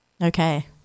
Okay